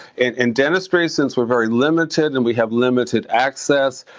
and in dentistry, since we're very limited and we have limited access,